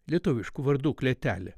lietuviškų vardų klėtelė